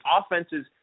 offenses